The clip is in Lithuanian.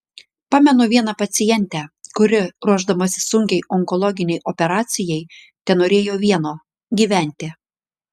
pamenu vieną pacientę kuri ruošdamasi sunkiai onkologinei operacijai tenorėjo vieno gyventi